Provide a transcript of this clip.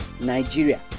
Nigeria